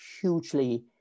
hugely